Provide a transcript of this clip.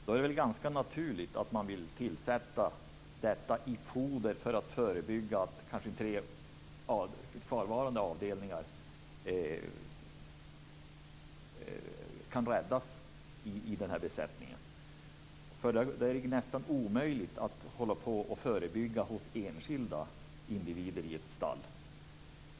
Då är det ganska naturligt att man vill tillsätta antibiotika i foder för att förebygga att besättningen i kvarvarande avdelningar kan räddas, för det är ju nästan omöjligt att förebygga sjukdomar hos enskilda individer i ett stall.